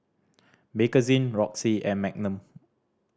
Bakerzin Roxy and Magnum